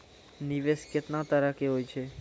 निवेश केतना तरह के होय छै?